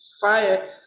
fire